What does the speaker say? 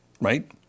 right